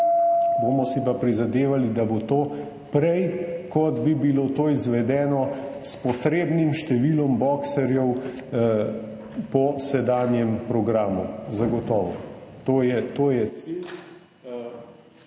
bomo pa prizadevali, da bo to prej, kot bi bilo to izvedeno s potrebnim številom boxerjev po sedanjem programu, zagotovo. To je cilj.